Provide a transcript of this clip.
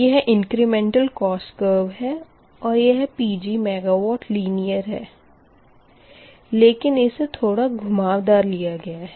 यह incremental cost curve है और यह Pg मेगावाट लिनीयर है लेकिन इसे थोड़ा घुमावदार लिया गया है